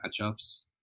matchups